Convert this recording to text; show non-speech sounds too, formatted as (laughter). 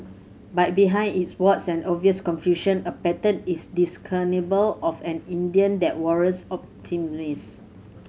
but behind its warts and obvious confusion a pattern is discernible of an Indian that warrants (unintelligible)